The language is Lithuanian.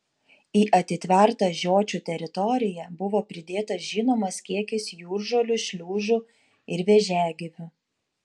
į atitvertą žiočių teritoriją buvo pridėtas žinomas kiekis jūržolių šliužų ir vėžiagyvių